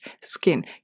skin